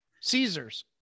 Caesars